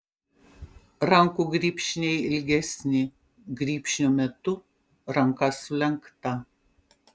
rankų grybšniai ilgesni grybšnio metu ranka sulenkta